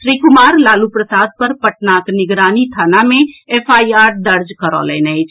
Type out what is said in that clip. श्री कुमार लालू प्रसाद पर पटनाक निगरानी थाना मे एफआईआर दर्ज करौलनि अछि